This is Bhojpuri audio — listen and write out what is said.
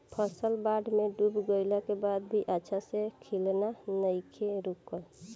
फसल बाढ़ में डूब गइला के बाद भी अच्छा से खिलना नइखे रुकल